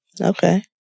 Okay